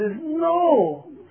no